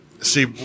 See